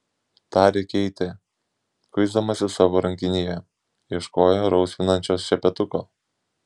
tarė keitė kuisdamasi savo rankinėje ieškojo rausvinančio šepetuko